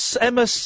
Emma